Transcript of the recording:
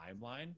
timeline